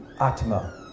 atma